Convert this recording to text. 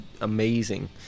amazing